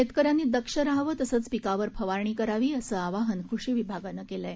शेतकऱ्यांनी दक्ष राहावं तसंच पिकावर फवारणी करावी असं आवाहन कृषी विभागानं केलं आहे